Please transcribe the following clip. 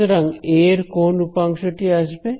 সুতরাং এ এর কোন উপাংশ টি আসবে